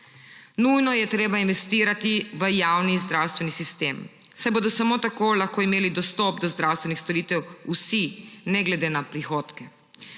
Nujno je treba investirati v javni zdravstveni sistem, saj bodo samo tako lahko imeli dostop do zdravstvenih storitev vsi ne glede na prihodke.